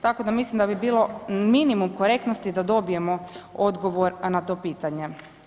Tako da mislim da bi bilo minimum korektnosti da dobijemo odgovor na to pitanje.